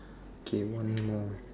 okay one more